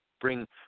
bring